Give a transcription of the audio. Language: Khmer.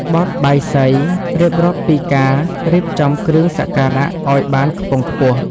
បទបាយសី រៀបរាប់ពីការរៀបចំគ្រឿងសក្ការៈឱ្យបានខ្ពង់ខ្ពស់។